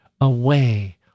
Away